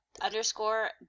underscore